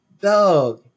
Dog